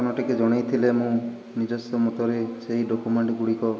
ଆପଣ ଟିକେ ଜଣାଇ ଥିଲେ ମୁଁ ନିଜସ ମତରେ ସେଇ ଡକ୍ୟୁମେଣ୍ଟ ଗୁଡ଼ିକ